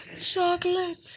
Chocolate